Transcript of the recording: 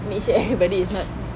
make sure everybody is not